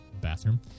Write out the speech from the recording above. bathroom